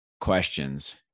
questions